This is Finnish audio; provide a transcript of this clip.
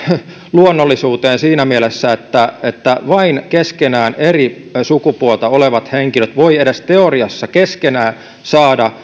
luonnollisuuteen siinä mielessä että että vain keskenään eri sukupuolta olevat henkilöt voivat edes teoriassa keskenään saada